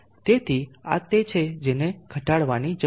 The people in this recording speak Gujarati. તેથી આ તે છે જેને ઘટાડવાની જરૂર છે